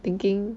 thinking